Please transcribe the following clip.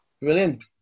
Brilliant